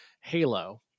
halo